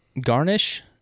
garnish